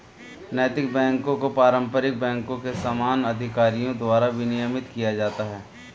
नैतिक बैकों को पारंपरिक बैंकों के समान अधिकारियों द्वारा विनियमित किया जाता है